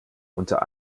unter